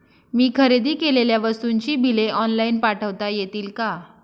मी खरेदी केलेल्या वस्तूंची बिले ऑनलाइन पाठवता येतील का?